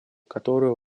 которую